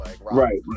Right